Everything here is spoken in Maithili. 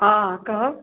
हँ कहब